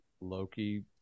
Loki